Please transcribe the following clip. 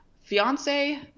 fiance